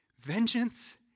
Vengeance